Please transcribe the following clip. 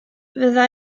fydda